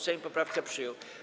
Sejm poprawkę przyjął.